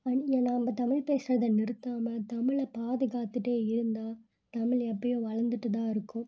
and நம்ம தமிழ் பேசுகிறத நிறுத்தாமல் தமிழை பாதுகாத்துகிட்டே இருந்தால் தமிழ் எப்பயும் வளர்ந்துட்டு தான் இருக்கும்